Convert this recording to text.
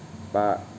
but